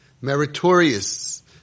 meritorious